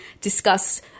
discuss